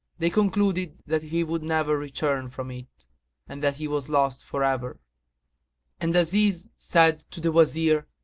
they concluded that he would never return from it and that he was lost for ever and aziz said to the wazir,